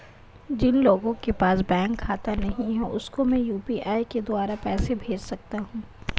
जिन लोगों के पास बैंक खाता नहीं है उसको मैं यू.पी.आई के द्वारा पैसे भेज सकता हूं?